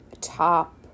top